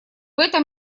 этом